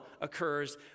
occurs